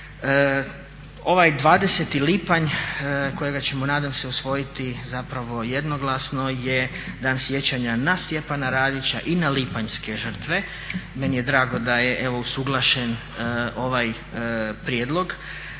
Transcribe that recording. Ovaj 20.lipanj kojega ćemo nadam se usvojiti jednoglasno je dan sjećanja na Stjepana Radića i na lipanjske žrtve. Meni je drago da je usuglašen ovaj prijedlog